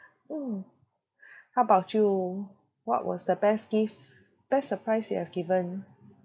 mm how about you what was the best gift best surprise you have given